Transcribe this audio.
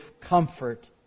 comfort